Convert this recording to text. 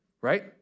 Right